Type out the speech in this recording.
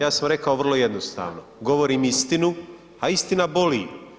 Ja sam rekao vrlo jednostavno, govorim istinu, a istina boli.